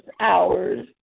hours